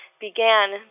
began